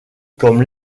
comme